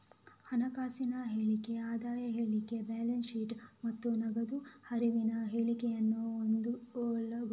ಹಣಕಾಸಿನ ಹೇಳಿಕೆ ಆದಾಯ ಹೇಳಿಕೆ, ಬ್ಯಾಲೆನ್ಸ್ ಶೀಟ್ ಮತ್ತೆ ನಗದು ಹರಿವಿನ ಹೇಳಿಕೆಯನ್ನ ಒಳಗೊಂಡಿದೆ